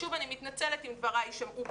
שוב, אני מתנצלת אם דבריי יישמעו בוטים.